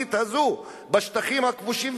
הימנית הזו בשטחים הכבושים,